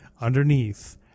underneath